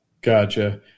Gotcha